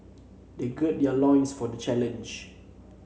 they gird their loins for the challenge